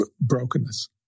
brokenness